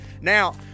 Now